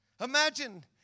Imagine